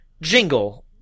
jingle